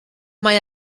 mae